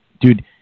Dude